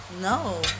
No